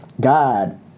God